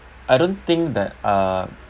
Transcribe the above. I don't think that uh